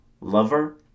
lover